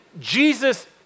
Jesus